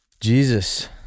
Jesus